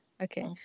okay